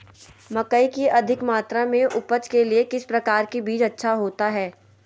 मकई की अधिक मात्रा में उपज के लिए किस प्रकार की बीज अच्छा होता है?